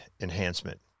enhancement